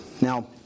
Now